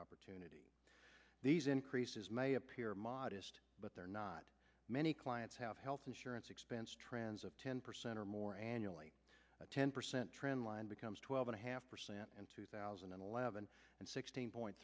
opportunity these increases may appear modest but they're not many clients have health insurance expense trends of ten percent or more annually ten percent trendline becomes twelve and a half percent in two thousand and eleven and sixteen point